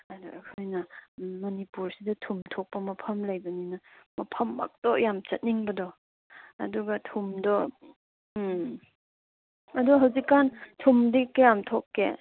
ꯑꯗꯨ ꯑꯩꯈꯣꯏꯅ ꯃꯅꯤꯄꯨꯔꯁꯤꯗ ꯊꯨꯝ ꯊꯣꯛꯄ ꯃꯐꯝ ꯂꯩꯕꯅꯤꯅ ꯃꯐꯝꯃꯛꯇꯣ ꯌꯥꯝ ꯆꯠꯅꯤꯡꯕꯗꯣ ꯑꯗꯨꯒ ꯊꯨꯝꯗꯣ ꯎꯝ ꯑꯗꯣ ꯍꯧꯖꯤꯛ ꯀꯥꯟ ꯊꯨꯝꯗꯤ ꯀꯌꯥꯝ ꯊꯣꯛꯀꯦ